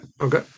Okay